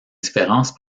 différence